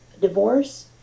divorce